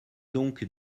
donc